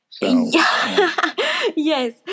Yes